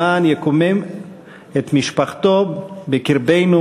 למען יקומם את משפחתו בקרבנו,